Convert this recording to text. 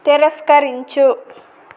తిరస్కరించు